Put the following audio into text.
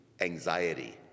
anxiety